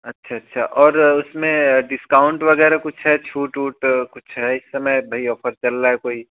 अच्छा अच्छा और उसमें डिस्काउन्ट वगैरह कुछ छुट उट कुछ है इस समय भई ऑफर चल रहा है कोई